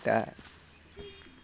दा